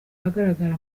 ahagaragara